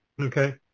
Okay